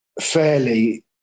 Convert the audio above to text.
fairly